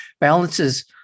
balances